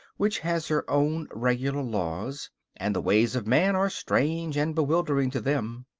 which has her own regular laws and the ways of man are strange and bewildering to them.